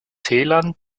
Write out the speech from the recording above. tälern